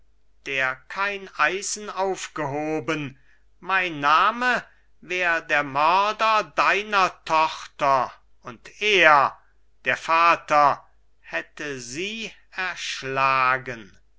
der kein eisen aufgehoben mein name wär der mörder deiner tochter und er der vater hätte sie erschlagen